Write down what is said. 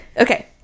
Okay